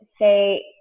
say